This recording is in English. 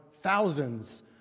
thousands